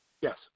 Yes